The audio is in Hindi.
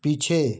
पीछे